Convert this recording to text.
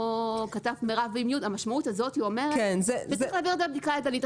שכתבת מירב עם י' במקום בלי י' אומרת שצריך לעשות בדיקה ידנית.